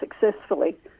successfully